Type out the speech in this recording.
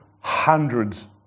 hundreds